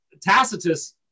Tacitus